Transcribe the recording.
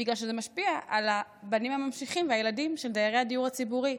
בגלל שזה משפיע על הבנים הממשיכים והילדים של דיירי הדיור הציבורי,